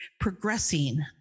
progressing